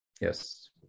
Yes